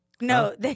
No